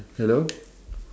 hello